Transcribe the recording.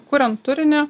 kuriant turinį